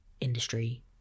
Industry